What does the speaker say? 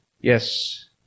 Yes